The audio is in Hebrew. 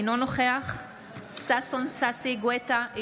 אינו נוכח ששון ששי גואטה,